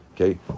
Okay